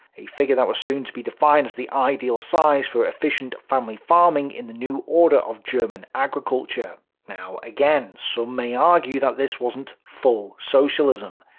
a figure that was soon to be defined as the ideal size for efficient family farming in the new order of german agriculture. now, again, some so may argue that this wasn't full-socialism.